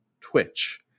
twitch